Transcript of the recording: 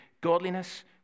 godliness